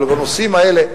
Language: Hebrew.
בנושאים האלה,